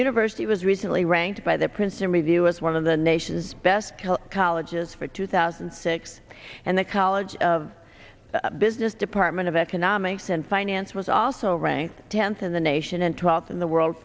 university was recently ranked by the princeton review as one of the nation's best colleges for two thousand and six and the college of business department of economics and finance was also ranked tenth in the nation and twelve in the world